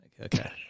Okay